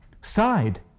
side